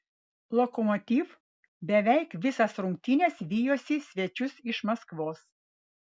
lokomotiv beveik visas rungtynes vijosi svečius iš maskvos